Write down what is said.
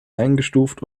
eingestuft